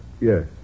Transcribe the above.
yes